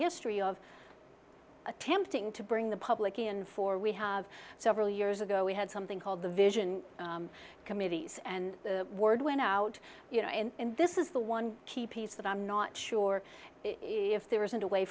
history of attempting to bring the public in for we have several years ago we had something called the vision committees and the word went out you know and this is the one key piece that i'm not sure if there isn't a way